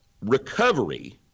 Recovery